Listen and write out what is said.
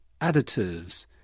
additives